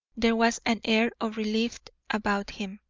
there was an air of relief about him,